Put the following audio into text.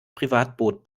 privatboot